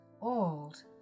old